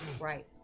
Right